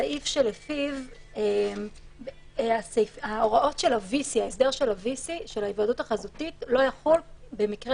סעיף שלפיו ההוראות של ה VC לא יחול במקרה